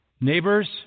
neighbors